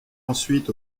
ensuite